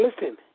listen